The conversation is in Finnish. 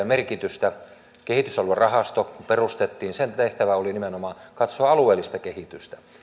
merkitystä kun kehitysaluerahasto perustettiin sen tehtävä oli nimenomaan katsoa alueellista kehitystä